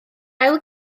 ail